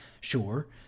sure